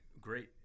Great